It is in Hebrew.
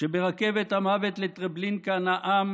שברכבת המוות לטרבלינקה נאם